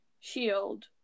shield